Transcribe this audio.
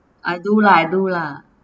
I do lah I do lah